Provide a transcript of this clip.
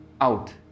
out